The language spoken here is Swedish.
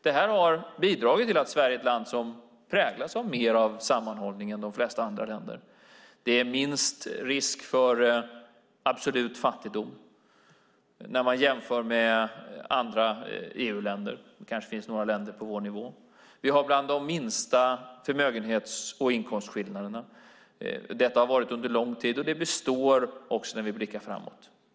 Detta har bidragit till att Sverige är ett land som präglas mer av sammanhållning än de flesta andra länder. Det är minst risk för absolut fattigdom när man jämför med andra EU-länder. Det kanske finns några länder på vår nivå. Vi har bland de minsta förmögenhets och inkomstskillnaderna. Så har det varit under lång tid, och det består också när vi blickar framåt.